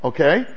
Okay